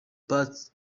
parts